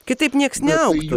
kitaip nieks neaugtų